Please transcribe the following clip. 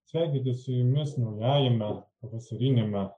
sveikintis su jumis naujajame pavasariniame